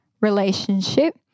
relationship